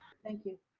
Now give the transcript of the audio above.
thank you.